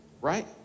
right